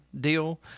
deal